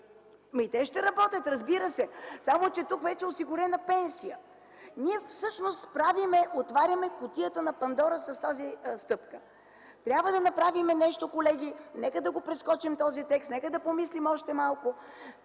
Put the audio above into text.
И те ще работят, разбира се, само че тук вече е осигурена пенсия. Ние всъщност отваряме кутията на Пандора с тази стъпка. Трябва да направим нещо, колеги. Нека да прескочим този текст, нека да помислим още малко.